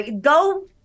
Go